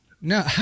No